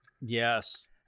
Yes